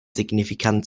signifikant